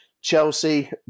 Chelsea